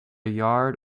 yard